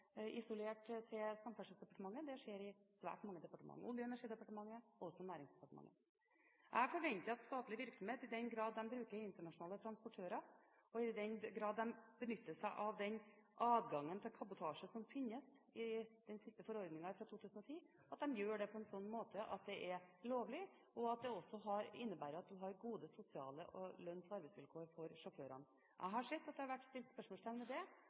isolert til Samferdselsdepartementet. Det skjer i svært mange departementer – i Olje- og energidepartementet og også i Næringsdepartementet. Jeg forventer at statlig virksomhet, i den grad de bruker internasjonale transportører og i den grad de benytter seg av den adgangen til kabotasje som finnes i den siste forordningen fra 2010, gjør det på en sånn måte at det er lovlig, og at det også innebærer at en har gode sosiale vilkår og lønns- og arbeidsvilkår for sjåførene. Jeg har sett at det har vært stilt spørsmål ved det,